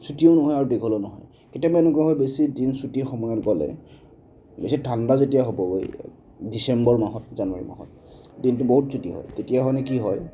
চুটিও নহয় আৰু দীঘলো নহয় কেতিয়াবা এনেকুৱা হয় বেছি দিন চুটি সময়ত গ'লে বেছি ঠাণ্ডা যেতিয়া হ'বগৈ ডিচেম্বৰ মাহত জানুৱাৰী মাহত দিনটো বহুত চুটি হয় তেতিয়া মানে কি হয়